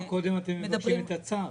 אז למה קודם אתם מבקשים את הצו?